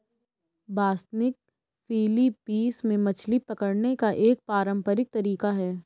बासनिग Philippines में मछली पकड़ने का एक पारंपरिक तरीका है